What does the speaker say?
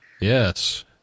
Yes